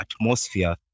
atmosphere